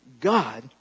God